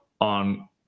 on